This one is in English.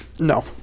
No